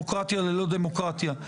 אתם דמוקרטיה ללא דמוקרטיה.